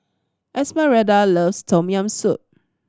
Esmeralda loves Tom Yam Soup